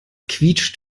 quietscht